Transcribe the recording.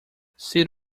sit